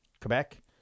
Quebec